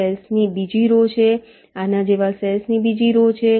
cells ની બીજી row છે આના જેવા સેલ્સ ની બીજી રૉ છે